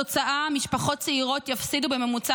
התוצאה: משפחות צעירות יפסידו בממוצע